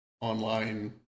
online